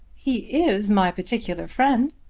he is my particular friend.